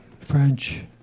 French